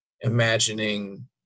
imagining